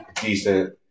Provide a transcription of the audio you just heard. decent